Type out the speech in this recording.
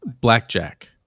blackjack